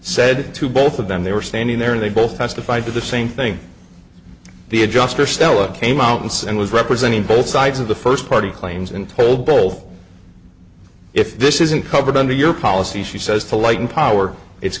said to both of them they were standing there and they both testified to the same thing the adjuster stella came out and said and was representing both sides of the first party claims and told bill if this isn't covered under your policy she says to like in power it's